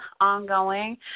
ongoing